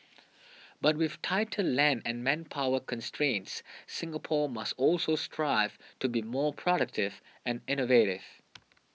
but with tighter land and manpower constraints Singapore must also strive to be more productive and innovative